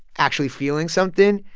actually feeling something.